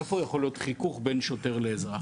איפה יכול להיות חיכוך בין שוטר לאזרח.